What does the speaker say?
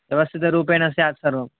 व्यवस्थितरूपेण स्यात् सर्वं